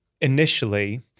initially